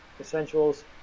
essentials